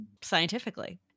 scientifically